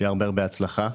שיהיה בהצלחה רבה.